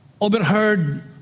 overheard